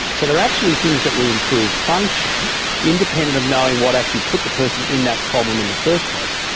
so there are actually things that will improve function independent of knowing what actually put the person in that problem in the first place.